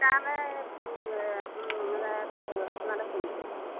সেইকাৰণে ফোন আপোনালৈ মানে কথা আপোনালৈ ফোন কৰিলো